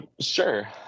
Sure